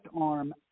arm